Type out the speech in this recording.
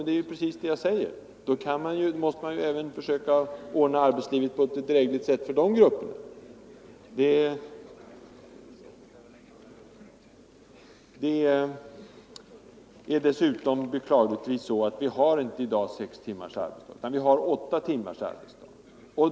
Det är ju precis det jag säger, och då måste man försöka ordna arbetslivet på ett drägligt sätt även för de grupperna. Dessutom är det beklagligtvis så, att vi i dag inte har sex timmars arbetsdag utan åtta timmars arbetsdag.